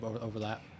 overlap